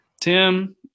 Tim